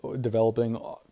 developing